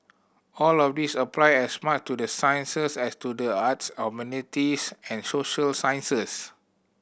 all of these apply as much to the sciences as to the arts humanities and social sciences